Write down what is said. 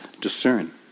discern